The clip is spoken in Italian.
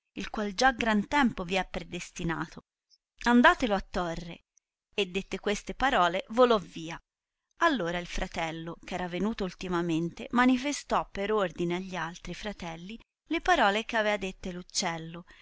il qual già gran tempo vi è predestinato andatelo a torre e dette queste parole volò via ah ora il fratello eh era venuto ultimamente manifestò per ordine a gli altri fratelli le parole eh avea dette